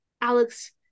alex